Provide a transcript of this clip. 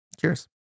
cheers